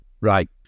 Right